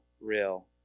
real